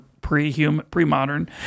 pre-modern